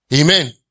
Amen